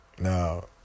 Now